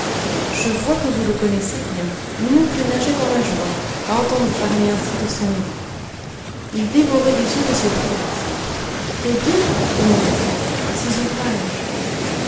je vois que vous le connaissez bien mon oncle nageait dans la joie à entendre parler ainsi de son héros il dévorait des yeux m fridriksson eh bien demanda-t-il ses ouvrages